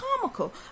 comical